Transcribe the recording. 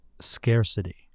scarcity